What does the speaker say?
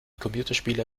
computerspiele